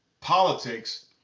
politics